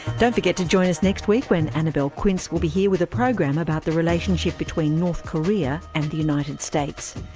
don't forget to join us next week when annabelle quince will be here with a program about the relationship between north korea and the united states.